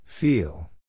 Feel